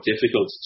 difficult